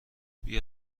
بیا